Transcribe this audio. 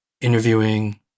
interviewing